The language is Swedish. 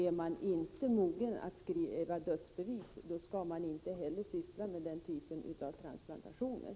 Är man inte mogen att skriva dödsbevis, då skall man inte heller syssla med den typen av transplantationer.